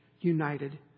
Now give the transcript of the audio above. united